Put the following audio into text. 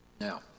Now